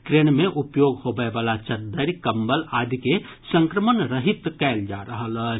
train मे उपयोग होबयवला चद्दरि कम्बल आदि के संक्रमण रहित कयल जा रहल अछि